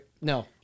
No